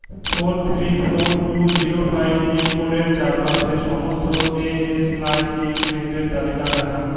four three four two zero five পিনকোডের চারপাশে সমস্ত এ এস আই সি কেন্দ্রের তালিকা দেখান